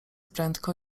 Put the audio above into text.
prędko